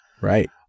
Right